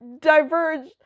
diverge